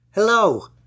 Hello